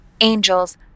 angels